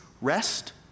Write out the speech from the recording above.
rest